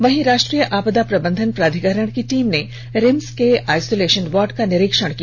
वहीं राष्ट्रीय आपदा प्रबंधन प्राधिकरण की टीम ने रिम्स के आइसोलेषन वार्ड का निरीक्षण किया